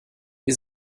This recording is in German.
wir